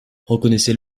reconnaissez